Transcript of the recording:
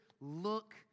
look